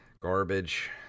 Garbage